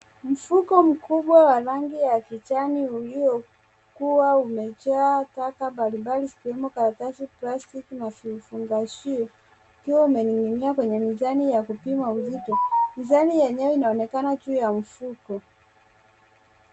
Mfuko mkubwa wa rangi ya kijani uluokua umejaa taka mbalimbali zikiwemo karatasi, plastiki na vifungashio, ukiwa umeninginia kwenye mizani ya kupimia uzito, mizani yenyewe inaonekana juu ya mfuko.